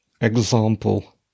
example